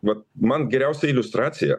vat man geriausia iliustracija